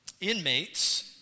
inmates